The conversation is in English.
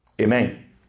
Amen